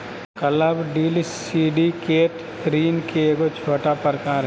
club deal syndicate ऋण के एगो छोटा प्रकार हय